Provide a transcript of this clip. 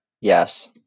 Yes